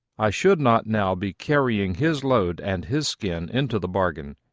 i should not now be carrying his load and his skin into the bargain.